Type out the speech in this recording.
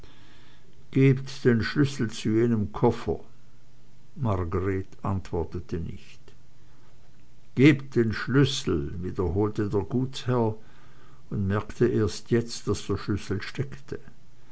gebt den schlüssel zu jenem koffer margreth antwortete nicht gebt den schlüssel wiederholte der gutsherr und merkte jetzt erst daß der schlüssel steckte